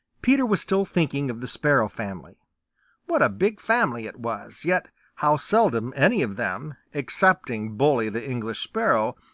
peter was still thinking of the sparrow family what a big family it was, yet how seldom any of them, excepting bully the english sparrow,